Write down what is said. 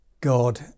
God